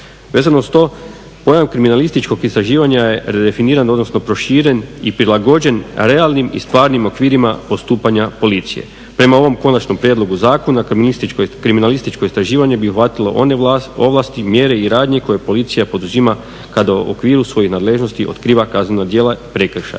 Vezano uz to pojam kriminalističkog istraživanja redefiniran odnosno proširen i prilagođen realnim i stvarnim okvirima postupanja policije. Prema ovom konačnom prijedlogu zakona kriminalističko istraživanje bi obuhvatilo one ovlasti, mjere i radnje koje policija poduzima kada u okviru svojih nadležnosti otkriva kaznena djela prekršaja,